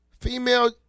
female